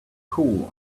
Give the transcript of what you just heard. pool